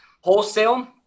Wholesale